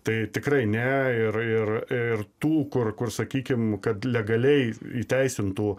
tai tikrai ne ir ir ir tų kur kur sakykim kad legaliai įteisintų